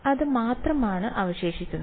അത് മാത്രമാണ് അവശേഷിക്കുന്നത്